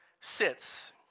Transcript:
sits